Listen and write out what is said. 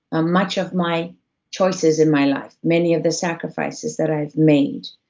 ah much of my choices in my life, many of the sacrifices that i've made,